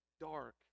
dark